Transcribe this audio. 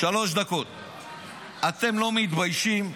אתם לא מתביישים?